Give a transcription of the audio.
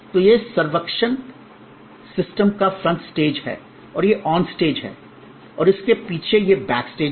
तो यह servuction system का फ्रंट स्टेज है और यह ऑन स्टेज है और इसके पीछे यह बैक स्टेज है